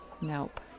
Nope